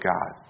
God